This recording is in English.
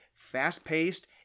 fast-paced